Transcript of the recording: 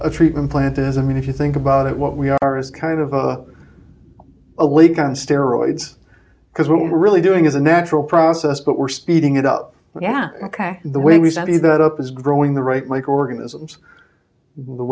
a treatment plant is a mean if you think about it what we are is kind of a a league on steroids because what we're really doing is a natural process but we're speeding it up yeah ok the way we study that up is growing the right microorganisms